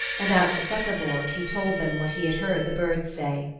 and at the supperboard he told them what he had heard the birds say.